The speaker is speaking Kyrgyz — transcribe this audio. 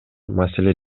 маселе